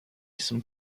some